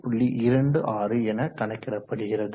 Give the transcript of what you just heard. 26 என கணக்கிடப்படுகிறது